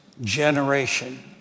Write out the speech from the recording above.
Generation